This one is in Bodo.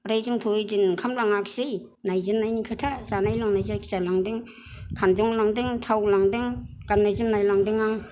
ओमफ्राय जोंथ' ऐदिन ओंखाम लाङाखिसै नायजेननायनि खोथा जानाय लोंनाय जायखिजाया लांदों खानजं लांदों थाव लांदों गाननाय जोमनाय लांदों आं